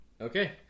Okay